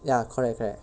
ya correct correct